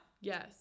Yes